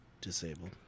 Disabled